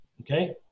Okay